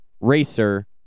racer